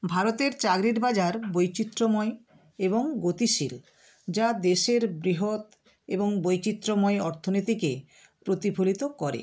ভারতের চাকরির বাজার বৈচিত্র্যময় এবং গতিশীল যা দেশের বৃহৎ এবং বৈচিত্র্যময় অর্থনীতিকে প্রতিফলিত করে